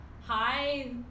Hi